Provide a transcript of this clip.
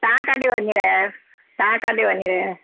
तव्हां केॾांहुं वञी रहिया आहियो तव्हां केॾांहुं वञी रहिया आहियो